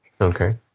Okay